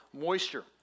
moisture